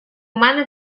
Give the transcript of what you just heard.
мене